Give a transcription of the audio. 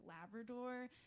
Labrador